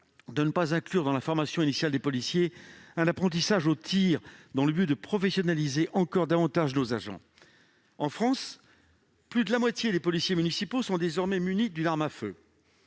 de ne pas inclure dans la formation initiale des policiers qui exercent à Paris un apprentissage au tir, dans le but de professionnaliser encore davantage ces agents. En France, plus de la moitié des policiers municipaux sont désormais munis d'une arme à feu.